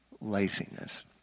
laziness